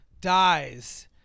dies